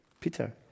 Peter